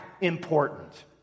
important